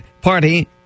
party